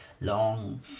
long